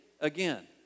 again